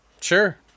Sure